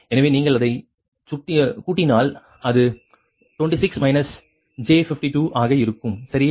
எனவே நீங்கள் அதைச் கூட்டினால் அது 26 j 52 ஆக இருக்கும் சரியா